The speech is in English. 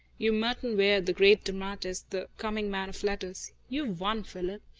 you're merton ware, the great dramatist, the coming man of letters. you've won, philip.